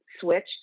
Switch